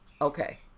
okay